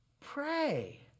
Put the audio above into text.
pray